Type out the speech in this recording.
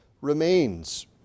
remains